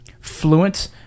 fluent